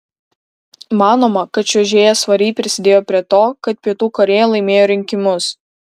manoma kad čiuožėja svariai prisidėjo prie to kad pietų korėja laimėjo rinkimus